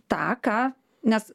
tą ką nes